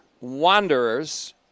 wanderers